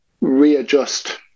readjust